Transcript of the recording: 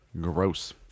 Gross